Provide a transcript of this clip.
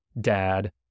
dad